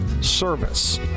service